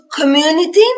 community